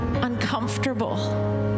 uncomfortable